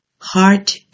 heart